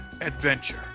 adventure